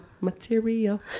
Material